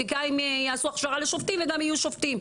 שפוליטיקאים יעשו הכשרה לשופטים וגם יהיו שופטים,